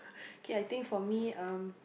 okay I think for me um